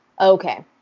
Okay